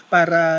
Para